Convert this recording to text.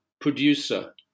producer